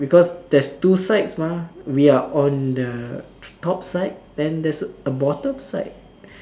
because there's two sides mah we are on the top side then there's a bottom side